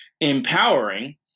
empowering